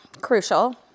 Crucial